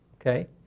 okay